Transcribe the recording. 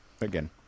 Again